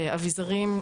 לאביזרים,